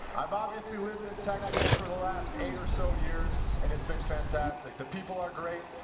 i've obviously lived in texas for the last eight or so years, and it's been fantastic. the people are great.